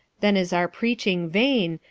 then is our preaching vain,